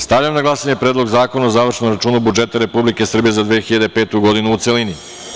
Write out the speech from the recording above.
Stavljam na glasanje Predlog zakona o završnom računu budžeta Republike Srbije za 2005. godinu, u celini.